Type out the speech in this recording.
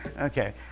Okay